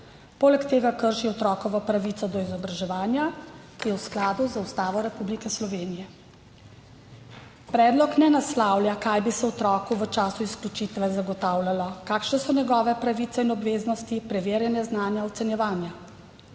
Poleg tega krši otrokovo pravico do izobraževanja, ki je v skladu z Ustavo Republike Slovenije. Predlog ne naslavlja, kaj bi se otroku v času izključitve zagotavljalo, kakšne so njegove pravice in obveznosti, preverjanja znanja, ocenjevanja.